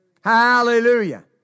Hallelujah